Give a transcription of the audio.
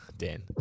Dan